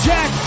Jack